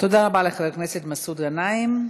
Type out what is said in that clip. תודה רבה לחבר הכנסת מסעוד גנאים.